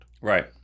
Right